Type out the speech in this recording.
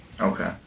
Okay